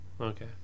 Okay